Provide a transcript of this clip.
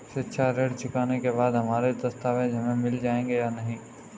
शिक्षा ऋण चुकाने के बाद हमारे दस्तावेज हमें मिल जाएंगे या नहीं?